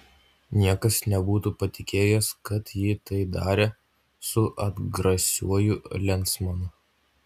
niekas nebūtų patikėjęs kad ji tai darė su atgrasiuoju lensmanu